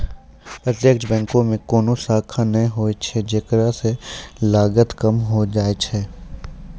प्रत्यक्ष बैंको मे कोनो शाखा नै होय छै जेकरा से लागत कम होय जाय छै